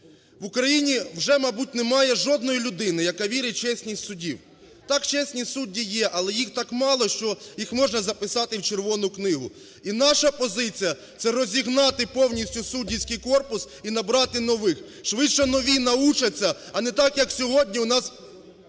В Україні вже, мабуть, немає жодної людини, яка вірить в чесність судів. Так, чесні судді є, але їх так мало, що їх можна записати в Червону книгу. І наша позиція – це розігнати повністю суддівський корпус і набрати нових, швидше нові научаться. А не так, як сьогодні у нас